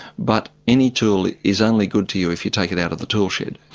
but any tool is only good to you if you take it out of the tool shed.